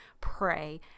pray